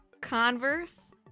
Converse